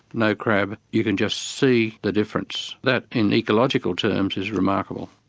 no crab, you can just see the difference. that, in ecological terms, is remarkable.